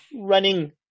running